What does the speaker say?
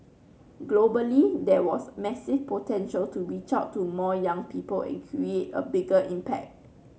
globally there was massive potential to reach out to more young people and create a bigger impact